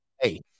Hey